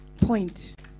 point